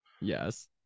Yes